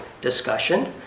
discussion